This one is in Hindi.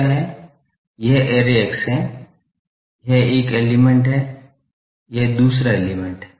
यह ऐरे अक्ष है यह एक एलीमेंट है यह एक दूसरा एलीमेंट है